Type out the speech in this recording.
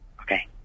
Okay